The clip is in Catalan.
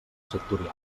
sectorial